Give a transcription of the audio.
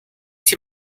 sie